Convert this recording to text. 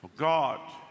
God